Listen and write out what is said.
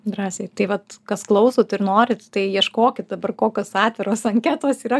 drąsiai tai vat kas klausot ir norit tai ieškokit dabar kokios atviros anketos yra